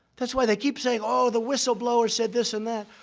that's why they keep saying, oh, the whistleblower said this and that.